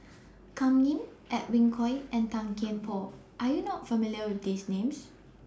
Kam Ning Edwin Koek and Tan Kian Por Are YOU not familiar with These Names